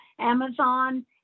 Amazon